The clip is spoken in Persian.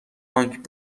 تانک